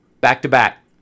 back-to-back